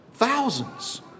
thousands